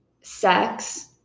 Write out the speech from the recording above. sex